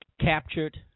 captured